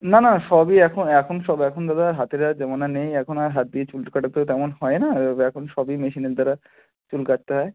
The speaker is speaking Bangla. না না সবই এখন এখন সব এখন দাদা হাতের আর জমানা নেই এখন আর হাত দিয়ে চুল কাটা তো তেমন হয় না এখন সবই মেশিনের দ্বারা চুল কাটতে হয়